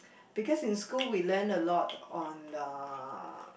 because in school we learn a lot on uh